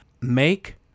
make